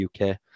UK